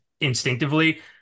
instinctively